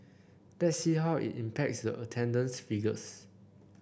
let's see how it impacts the attendance figures